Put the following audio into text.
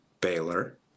Baylor